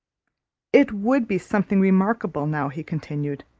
it would be something remarkable, now, he continued,